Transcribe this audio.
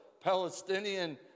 palestinian